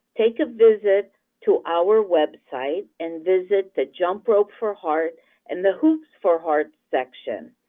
make a visit to our website and visit the jump rope for heart and the hoops for heart section.